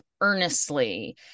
earnestly